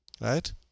right